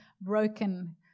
broken